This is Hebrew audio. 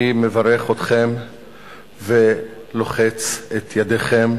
אני מברך אתכם ולוחץ את ידיכם